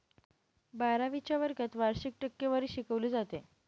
बारावीच्या वर्गात वार्षिक टक्केवारी शिकवली जाते